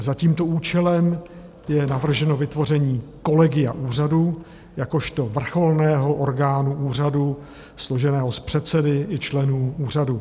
Za tímto účelem je navrženo vytvoření Kolegia úřadu jakožto vrcholného orgánu úřadu složeného z předsedy i členů úřadu.